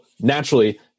naturally